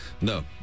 No